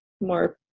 more